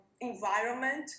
environment